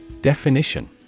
Definition